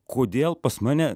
kodėl pas mane